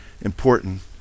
important